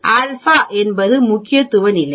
alpha என்பது முக்கியத்துவ நிலை